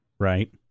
Right